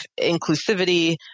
inclusivity